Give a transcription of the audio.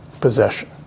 possession